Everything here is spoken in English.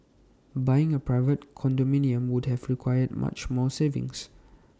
buying A private condominium would have required much more savings